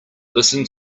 listen